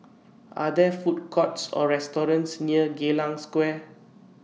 Are There Food Courts Or restaurants near Geylang Square